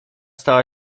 stała